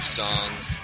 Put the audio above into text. songs